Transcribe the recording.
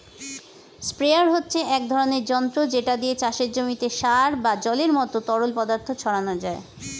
sprayer হচ্ছে এক ধরনের যন্ত্র যেটা দিয়ে চাষের জমিতে সার বা জলের মতো তরল পদার্থ ছড়ানো যায়